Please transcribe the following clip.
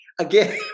Again